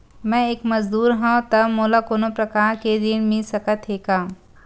मैं एक मजदूर हंव त मोला कोनो प्रकार के ऋण मिल सकत हे का?